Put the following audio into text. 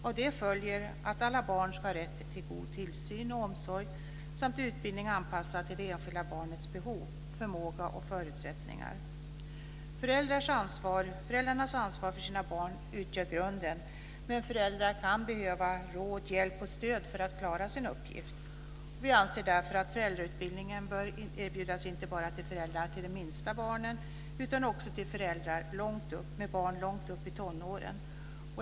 Av det följer att alla barn ska ha rätt till god tillsyn och omsorg samt utbildning anpassad till det enskilda barnets behov, förmåga och förutsättningar. Föräldrarnas ansvar för sina barn utgör grunden, men föräldrar kan behöva råd, hjälp och stöd för att klara sin uppgift. Vi anser därför att föräldrautbildning bör erbjudas inte bara till föräldrar till de minsta barnen utan också till föräldrar med barn långt upp i tonåren.